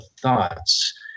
thoughts